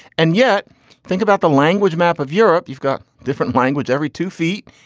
and yet think about the language map of europe. you've got different language every two feet.